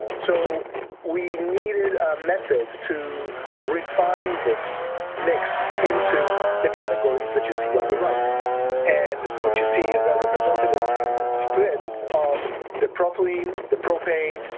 so we needed a method to refine this mix into the categories that you see on the right and what you see is a representative split of the propylene, the propane,